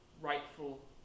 rightful